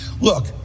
look